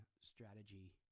strategy